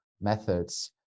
methods